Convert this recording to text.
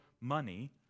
money